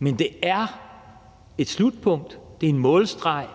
Det er et slutpunkt, det er en målstreg,